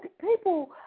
People